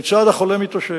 כיצד החולה מתאושש,